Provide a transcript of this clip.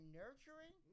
nurturing